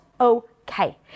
okay